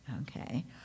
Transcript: Okay